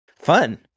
Fun